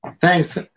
thanks